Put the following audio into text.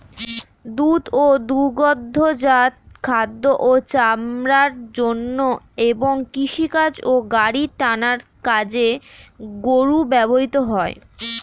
দুধ ও দুগ্ধজাত খাদ্য ও চামড়ার জন্য এবং কৃষিকাজ ও গাড়ি টানার কাজে গরু ব্যবহৃত হয়